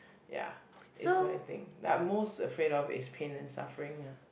ya is what I think that most afraid of is pain and suffering lah